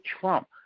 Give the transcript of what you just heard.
Trump